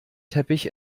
teppich